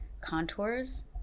contours